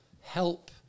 help